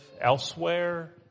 elsewhere